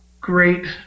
great